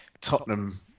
Tottenham